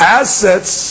assets